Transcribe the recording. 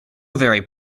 very